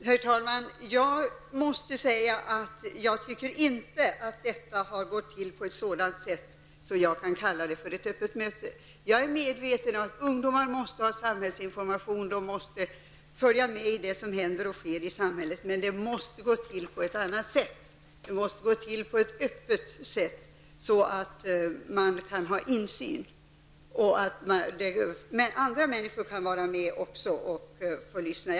Herr talman! Jag måste säga att jag inte tycker att det har gått till på ett sådant sätt att jag kan kalla det för ett öppet möte. Jag är medveten om att ungdomar måste få samhällsinformation, de måste följa med i det som händer i samhället, men det måste gå till på ett annat sätt -- det måste gå till öppet så att andra människor kan få insyn och kan vara med.